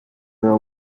are